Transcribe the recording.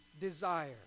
desire